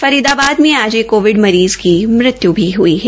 फरीदाबाद में आज एक कोविड मरीज़ की मृत्यू भी हई है